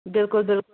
بلکُل بلکُل